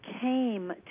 came